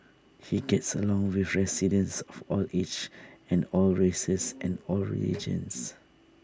he gets along with residents of all ages and all races and all religions